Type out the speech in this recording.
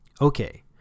Okay